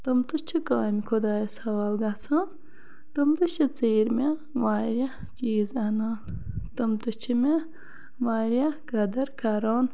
تِم تہِ چھِ کامہ خۄدایَس حَوال گَژھان تم تہِ چھِ ژیٖر مےٚ واریاہ چیٖز اَنان تم تہِ چھِ مےٚ واریاہ قدر کَران